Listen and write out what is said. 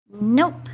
Nope